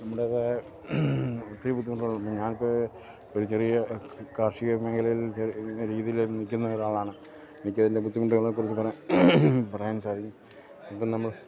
നമ്മുടേത് ഒത്തിരി ബുദ്ധിമുട്ടുകൾ ഞാനൊക്കെ ഒരു ചെറിയ കാർഷിക മേഖലയിൽ രീതിയിൽ നിൽക്കുന്ന ഒരാളാണ് എനിക്ക് അതിൻ്റെ ബുദ്ധിമുട്ടുകളെ കുറിച്ചു പറയാൻ സാധിക്കും ഇപ്പം നമ്മൾ